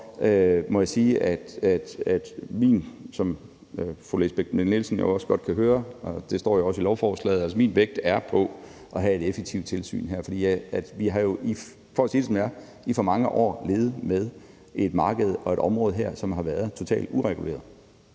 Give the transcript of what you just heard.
må jeg sige, at min vægt – som fru Lisbeth Bech-Nielsen også kan høre, og det står jo også i lovforslaget – er på at have et effektivt tilsyn her. For at sige det, som det er, har vi i for mange år levet med et marked og et område, som har været totalt ureguleret